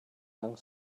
young